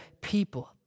people